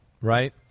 right